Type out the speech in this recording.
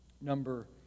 number